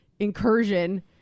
Incursion